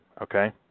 Okay